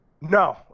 No